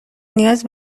نیاز